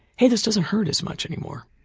hey this doesn't hurt as much anymore.